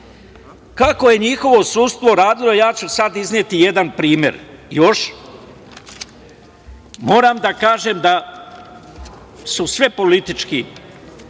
je njihovo sudstvo radilo? Ja ću sada izneti jedan primer. Moram da kažem da su sve politički